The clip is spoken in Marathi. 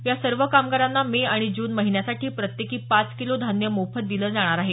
या सर्व कामगारांना मे आणि जून महिन्यासाठी प्रत्येकी पाच किलो धान्य मोफत दिलं जाणार आहे